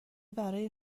برای